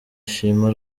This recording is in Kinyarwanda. shima